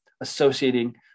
associating